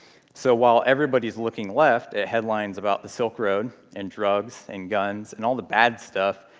so while everybody's looking left, at headlines about the silk road, and drugs, and guns, and all the bad stuff,